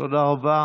תודה רבה.